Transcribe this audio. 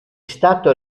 stato